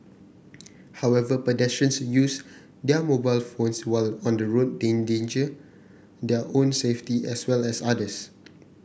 however pedestrians use their mobile phones while on the road endanger their own safety as well as others